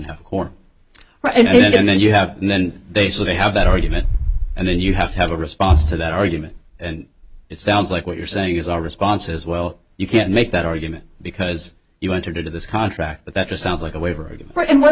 have core right and then you have and then they say they have that argument and then you have to have a response to that argument and it sounds like what you're saying is our response is well you can't make that argument because you entered into this contract but that just sounds like a waiver right and wh